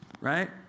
right